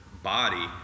body